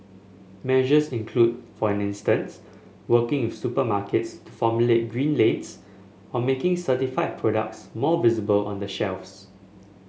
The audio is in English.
measures include for an instance working if supermarkets to formulate green lanes or making certified products more visible on the shelves